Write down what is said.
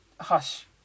hush